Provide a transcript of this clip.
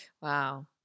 wow